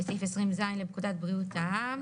וסעיף 20 ז' לפקודת בריאות העם,